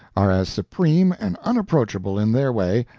are as supreme and unapproachable, in their way,